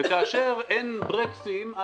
וכאשר אין ברקסים,